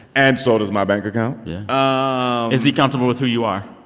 and so does my bank account yeah. ah is he comfortable with who you are?